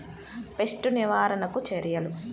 Pest నివారణకు చర్యలు?